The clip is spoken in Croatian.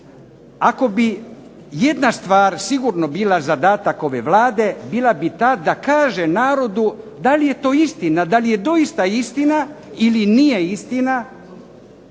Ako bi jedna stvar sigurno bila zadatak ove Vlade, bila bi ta da kaže narodu da li je to istina, da li je doista istina ili nije istina